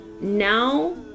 now